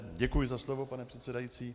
Děkuji za slovo, pane předsedající.